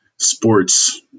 sports